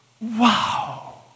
wow